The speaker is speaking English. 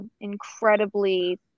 incredibly